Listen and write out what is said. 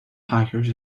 hikers